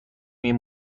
این